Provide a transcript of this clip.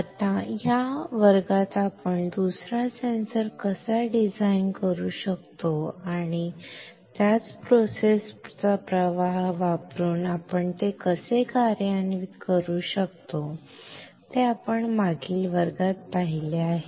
आता या वर्गात आपण दुसरा सेन्सर कसा डिझाइन करू शकतो आणि त्याच प्रोसेस चा प्रवाह वापरून आपण ते कसे कार्यान्वित करू शकतो ते आपण मागील वर्गात पाहिले आहे ते पाहू